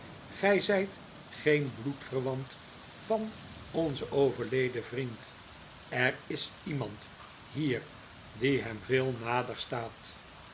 gij zijt geen bloedverwant van onzen overleden vriend er is iemand hier die hem veel nader staat